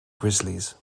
grizzlies